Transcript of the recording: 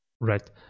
Right